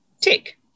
Tick